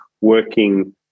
working